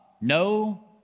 No